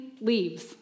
leaves